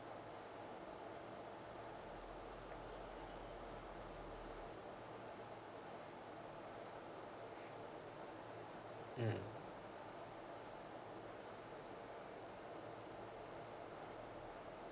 mm